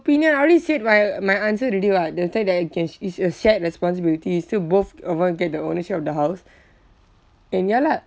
opinion I already said my my answer already [what] the time that I can sh~ it's a shared responsibility it's still both of us get the ownership of the house and ya lah